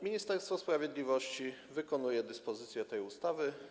Ministerstwo Sprawiedliwości wykonuje dyspozycje tej ustawy.